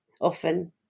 often